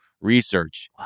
research